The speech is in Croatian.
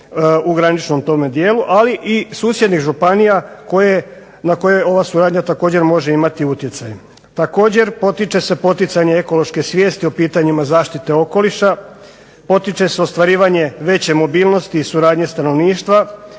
u graničnom dijelu ali i susjednih županija na koje ova suradnja može imati utjecaj. Također potiče se poticanje ekološke svijesti o pitanjima zaštite okoliša, potiče se ostvarivanje veće mobilnosti i suradnje stanovništva,